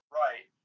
right